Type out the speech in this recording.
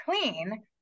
clean